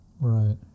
Right